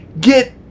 Get